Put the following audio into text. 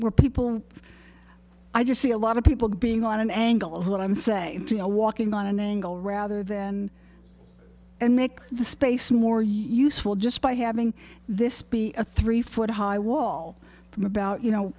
we're people i just see a lot of people being on an angle is what i'm saying to walking on an angle rather than and make the space more useful just by having this be a three foot high wall from about you know